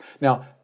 Now